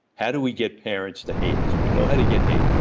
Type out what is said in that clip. how do we get parents to hate us? we know how to get hate.